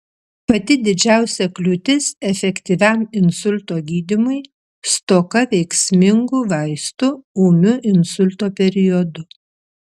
pati didžiausia kliūtis efektyviam insulto gydymui stoka veiksmingų vaistų ūmiu insulto periodu